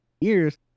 years